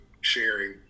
sharing